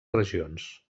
regions